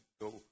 go